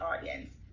audience